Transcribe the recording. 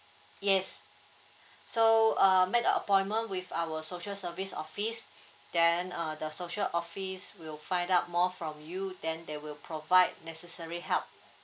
yes so uh make a appointment with our social service office then uh the social office will find out more from you then they will provide necessary help